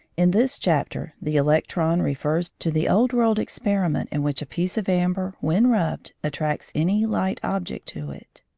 in this chapter the electron refers to the old-world experiment in which a piece of amber when rubbed attracts any light object to it.